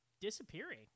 disappearing